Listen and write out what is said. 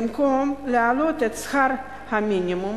במקום להעלות את שכר המינימום,